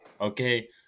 okay